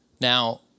Now